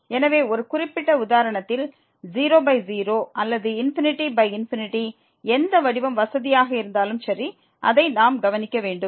எனவே ஒரு குறிப்பிட்ட உதாரணத்தில் 0 0 அல்லது ∞∞ எந்த வடிவம் வசதியாக இருந்தாலும் சரி அதை நாம் கவனிக்க வேண்டும்